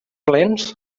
plens